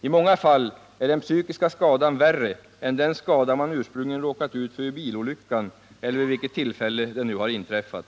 I många fall är den psykiska skadan värre än den skada man ursprungligen råkade ut för vid bilolyckan eller i vilket sammanhang den nu inträffade.